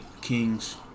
Kings